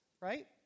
right